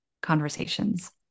conversations